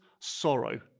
sorrow